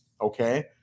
okay